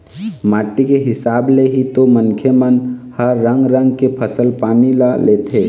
माटी के हिसाब ले ही तो मनखे मन ह रंग रंग के फसल पानी ल लेथे